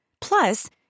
Plus